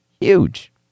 huge